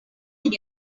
did